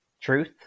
truth